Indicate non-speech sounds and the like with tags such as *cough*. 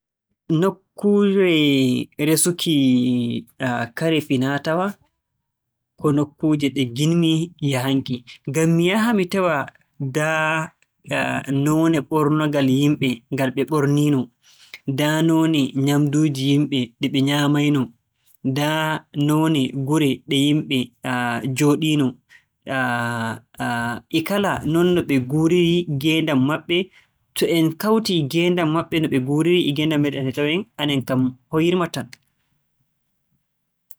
Nokkuure *hesitation* resuki kare finaa-tawaa, *noise* ko nokkuuje ɗe ngiɗ-mi yahanki, ngam mi yaha mi tawa, ndaa *hesitation* noone ɓornongal yimɓe ngal ɓe ɓornii-no, ndaa nyaamnduuji yimɓe ɗi ɓe nyaamaynoo, ndaa noone gure ɗe yimɓe *hesitation* njooɗiinoo, *hesitation* e kala nonno ɓe nguuriri ngeendam maɓɓe. To en kawtii ngeendam maɓɓe no ɓe nguuriiri, e ngeendam meeɗen sey tawen, enen kam hoyirma tan.